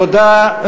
תודה.